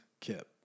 Kip